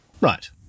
Right